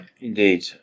Indeed